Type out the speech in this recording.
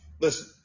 Listen